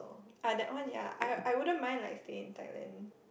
eh that one ya I I wouldn't mind like staying in Thailand